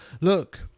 look